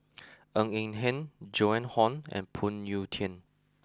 Ng Eng Hen Joan Hon and Phoon Yew Tien